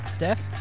Steph